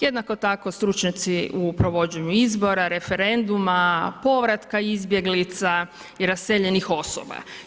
Jednako tako stručnjaci u provođenju izbora, referenduma, povratka izbjeglica i raseljenih osoba.